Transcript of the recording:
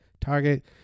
Target